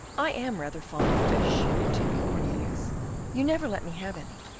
i am rather fond of fish, continued cornelius you never let me have any.